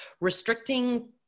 restricting